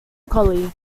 collie